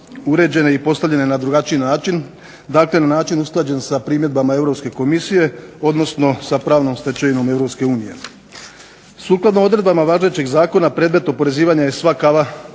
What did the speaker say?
uređene i postavljene na drugačiji način dakle način usklađen sa primjedbama Europske komisije odnosno sa pravnom stečevinom EU. Sukladno odredbama važećeg zakona predmet oporezivanja je sva kava